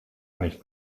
nicht